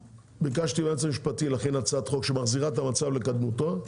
ביקשתי מהיועץ המשפטי להכין הצעת חוק שמחזירה את המצב לקדמותו,